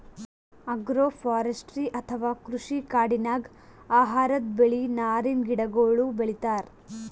agroforestry ಅಥವಾ ಕೃಷಿ ಕಾಡಿನಾಗ್ ಆಹಾರದ್ ಬೆಳಿ, ನಾರಿನ್ ಗಿಡಗೋಳು ಬೆಳಿತಾರ್